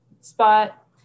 spot